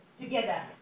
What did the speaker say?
together